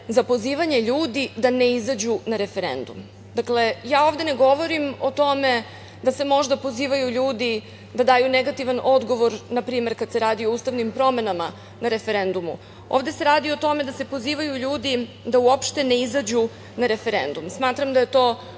za pozivanje ljudi da ne izađu na referendum. Dakle, ja ovde ne govorim o tome da se možda pozivaju ljudi da daju negativan odgovor na primer kada se radi o ustavnim promenama na referendumu. Ovde se radi o tome da se pozivaju ljudi da uopšte ne izađu na referendum. Smatram da je to